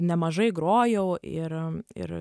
nemažai grojau ir ir